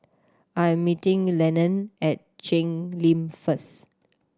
I am meeting Lenon at Cheng Lim first